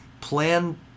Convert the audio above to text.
Plan